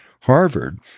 Harvard